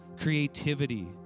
creativity